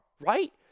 right